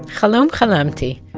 chalom chalamti.